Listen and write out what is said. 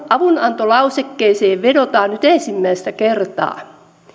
avunantolausekkeeseen vedotaan nyt ensimmäistä kertaa